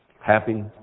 happy